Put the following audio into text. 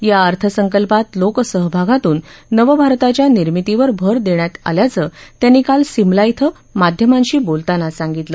या अर्थसंकल्पात लोकसहभागातून नवभारताच्या निर्मितीवर भर देण्यात आल्याचं त्यांनी काल सिमला इथं माध्यमांशी बोलताना सांगितलं